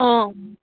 অঁ